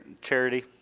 Charity